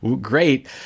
Great